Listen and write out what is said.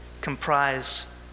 comprise